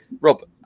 Rob